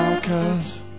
Cause